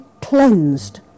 cleansed